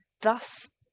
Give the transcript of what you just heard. Thus